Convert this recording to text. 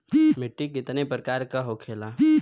मिट्टी कितने प्रकार के होखेला?